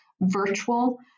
virtual